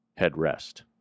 headrest